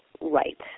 right